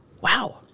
Wow